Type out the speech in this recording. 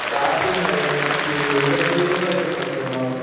पाहाते नाही नक्की उद्या मी येऊन राहिलो नाही तर मग